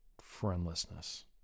friendlessness